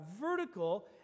vertical